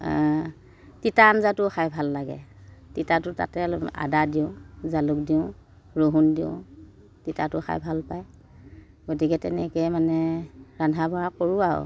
তিতা আঞ্জাটো খাই ভাল লাগে তিতাটো তাতে অলপ আদা দিওঁ জালুক দিওঁ ৰহুন দিওঁ তিতাটো খাই ভাল পায় গতিকে তেনেকৈয়ে মানে ৰান্ধা বঢ়া কৰোঁ আৰু